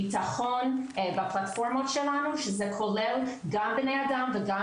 ביטחון בפלטפורמות שלנו שזה כולל גם בני אדם וגם